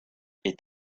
est